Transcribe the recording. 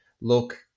Look